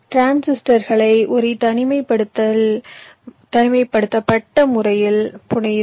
டிரான்சிஸ்டர்களை ஒரு தனிமைப்படுத்தலில் தனிமைப்படுத்தப்பட்ட முறையில் புனையுதல்